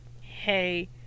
hey